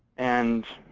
and